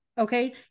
Okay